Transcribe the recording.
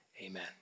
amen